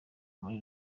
muri